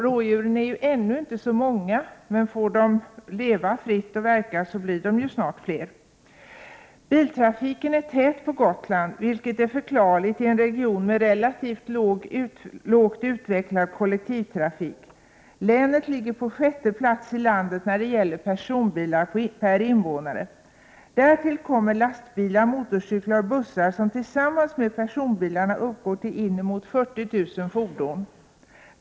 Rådjuren är ju ännu inte så många, men om de får leva fritt blir de snart fler. Biltrafiken är tät på Gotland, vilket är förklarligt i en region med relativt lågt utvecklad kollektivtrafik. Länet ligger på sjätte plats i landet när det gäller personbilar per invånare. Därtill kommer lastbilar, motorcyklar och bussar som tillsammans med personbilarna uppgår till inemot 40 000 fordon.